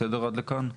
בסדר עד לכאן?